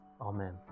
Amen